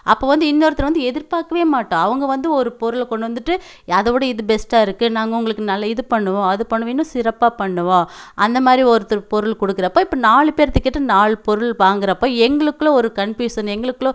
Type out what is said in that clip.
அப்போ வந்து இன்னொருத்தர் வந்து எதிர்பார்க்கவே மாட்டோம் அவங்க வந்து ஒரு பொருளை கொண்டு வந்துட்டு அதை விட இது பெஸ்ட்டாக இருக்குது நாங்கள் உங்களுக்கு நல்ல இது பண்ணுவோம் அது பண்ணுவோம் இன்னும் சிறப்பாக பண்ணுவோம் அந்த மாதிரி ஒருத்தர் பொருள் கொடுக்கறப்ப இப்போ நாலு பேர்த்துக்கிட்ட நாலு பொருள் வாங்குறப்ப எங்களுக்குள்ள ஒரு கன்ஃபியூஷன் எங்களுக்குள்ள